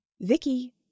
Vicky